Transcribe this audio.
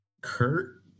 kurt